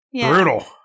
Brutal